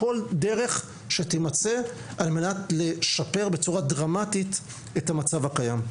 כל דרך שתימצא על מנת לשפר בצורה דרמטית את המצב הקיים.